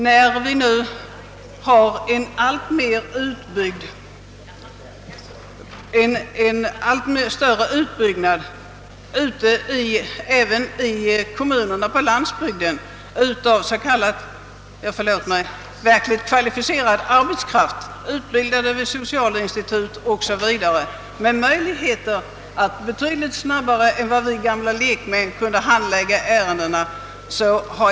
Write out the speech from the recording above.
Numera har ju kommunerna även på landsbygden tillgång till verkligt kvalificerad arbetskraft, utbildad vid socialinstitut o. s. v., vilket ger kommunerna möjligheter att handlägga ärendena betydligt snabbare än vi lekmän kunde göra.